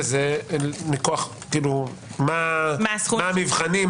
מה המבחנים?